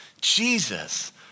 Jesus